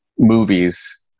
movies